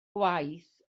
gwaith